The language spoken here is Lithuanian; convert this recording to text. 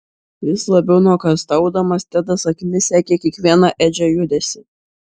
vis labiau nuogąstaudamas tedas akimis sekė kiekvieną edžio judesį